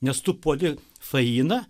nes tu puoli fainą